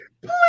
Please